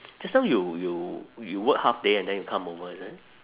just now you you you work half day and then you come over is it